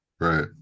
Right